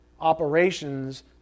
operations